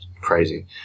crazy